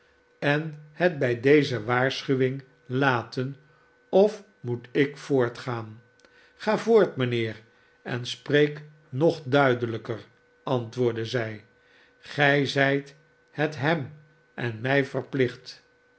en het bij deze waarschuwing laten of moet ik voortgaan ga voort mijnheer en spreek nog duidelijker antwoordde zij gij zijt het hem en mij verplicht